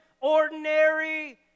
ordinary